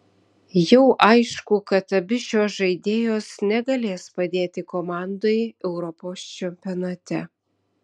jau aišku kad abi šios žaidėjos negalės padėti komandai europos čempionate